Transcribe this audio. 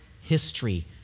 history